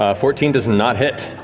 ah fourteen does not hit.